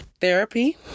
therapy